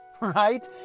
right